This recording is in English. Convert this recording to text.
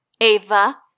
Ava